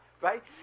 right